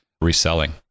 reselling